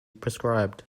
prescribed